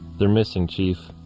they're missing chief.